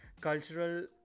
cultural